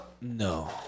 No